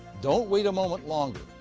don't wait a moment longer.